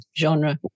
genre